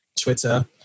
Twitter